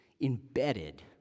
embedded